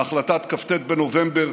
בהחלטת כ"ט בנובמבר,